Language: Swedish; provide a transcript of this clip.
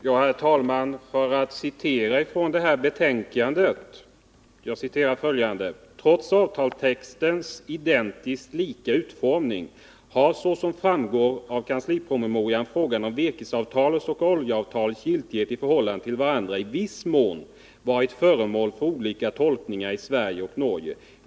Herr talman! Jag citerar från utskottsbetänkandet: ”Trots avtalstexternas identiskt lika utformning har, såsom framgår av kanslipromemorian, frågan om virkesavtalets och oljeavtalets giltighet i förhållande till varandra i viss mån varit föremål för olika tolkningar i Sverige och Norge.